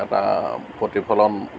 এটা প্ৰতিফলন